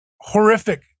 horrific